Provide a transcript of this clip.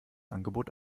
angebot